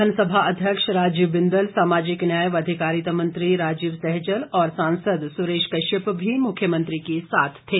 विधानसभा अध्यक्ष राजीव बिंदल सामाजिक न्याय व अधिकारिता मंत्री राजीव सहजल और सांसद सुरेश कश्यप भी मुख्यमंत्री के साथ थे